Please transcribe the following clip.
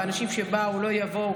ואנשים שבאו לא יבואו,